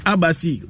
Abasi